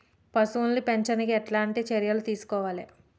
పశువుల్ని పెంచనీకి ఎట్లాంటి చర్యలు తీసుకోవాలే?